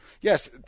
Yes